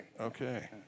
Okay